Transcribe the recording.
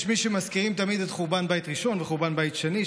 יש מי שמזכירים תמיד את חורבן בית ראשון וחורבן בית שני,